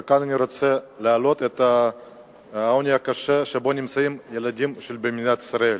ואני רוצה להעלות כאן את העוני הקשה שבו נמצאים ילדים במדינת ישראל